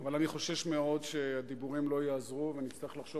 אבל אני חושש מאוד שהדיבורים לא יעזרו ונצטרך לחשוב